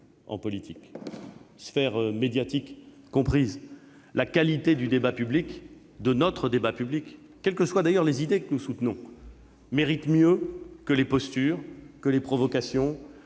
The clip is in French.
en politique, sphère médiatique comprise. La qualité de notre débat public, quelles que soient d'ailleurs les idées que nous soutenons, mérite mieux que les postures, les provocations,